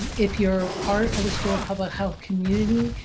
if you're part of the school of public health community,